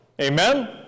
Amen